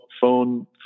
phone